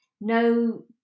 no